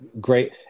great